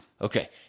Okay